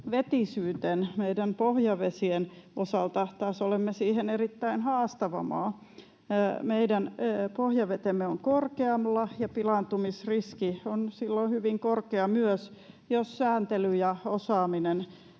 pohjavesien osalta taas olemme siihen erittäin haastava maa. Meidän pohjavetemme ovat korkealla, ja myös pilaantumisriski on silloin hyvin korkea, jos sääntely ja osaaminen